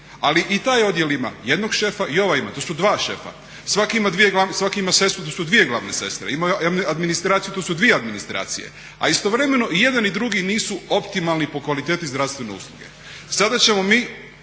ali i taj odjel ima jedno šega i ovaj ima, to su dva šefa. Svaki ima sestru, to su dvije glavne sestre, ima administraciju, to su dvije administracije, a istovremeno i jedan i drugi nisu optimalni po kvaliteti zdravstvene usluge. Sada ćemo mi